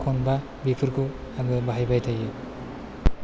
खनबा बेफोरखौ आङो बाहायबाय थायो